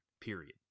period